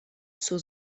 zur